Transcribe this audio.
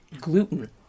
gluten